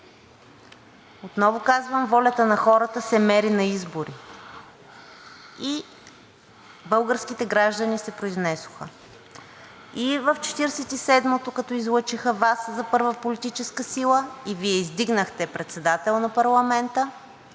отново казвам – волята на хората се мери на избори и българските граждани се произнесоха и в Четиридесет и седмото, като излъчиха Вас за първа политическа сила, и Вие издигнахте председател на парламента,